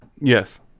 Yes